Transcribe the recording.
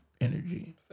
energy